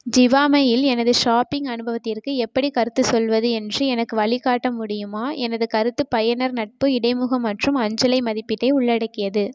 ஜிவாமே இல் எனது ஷாப்பிங் அனுபவத்திற்கு எப்படி கருத்துச் சொல்வது என்று எனக்கு வழிகாட்ட முடியுமா எனது கருத்து பயனர் நட்பு இடைமுகம் மற்றும் அஞ்சலை மதிப்பீட்டை உள்ளடக்கியது